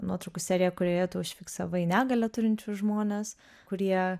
nuotraukų seriją kurioje tu užfiksavai negalią turinčius žmones kurie